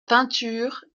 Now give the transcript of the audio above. peinture